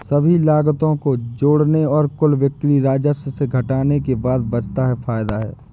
सभी लागतों को जोड़ने और कुल बिक्री राजस्व से घटाने के बाद बचता है फायदा है